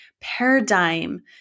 paradigm